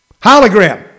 Hologram